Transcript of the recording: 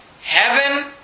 Heaven